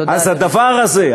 תודה, אדוני.